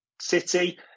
City